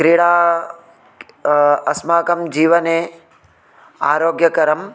क्रीडा अस्माकं जीवने आरोग्यकरं